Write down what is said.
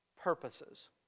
purposes